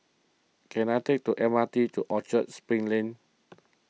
can I take the M R T to Orchard Spring Lane